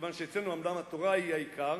כיוון שאצלנו אומנם התורה היא העיקר,